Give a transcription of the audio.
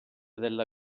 della